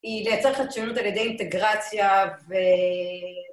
היא לייצר חדשנות על ידי אינטגרציה ו...